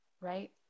right